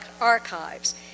archives